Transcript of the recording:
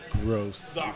gross